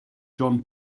john